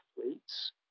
athletes